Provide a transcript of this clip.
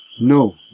No